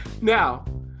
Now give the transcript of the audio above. Now